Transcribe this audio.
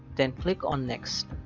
then click on next.